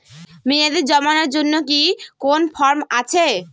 মেয়াদী জমানোর জন্য কি কোন ফর্ম আছে?